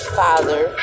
father